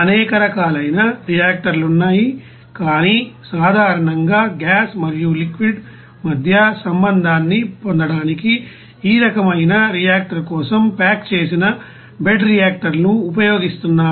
అనేక రకాలైన రియాక్టర్లు ఉన్నాయి కాని సాధారణంగా గ్యాస్ మరియు లిక్విడ్ మధ్య సంబంధాన్ని పొందడానికి ఈ రకమైన రియాక్టర్ కోసం ప్యాక్ చేసిన బెడ్ రియాక్టర్లను ఉపయోగిస్తున్నారు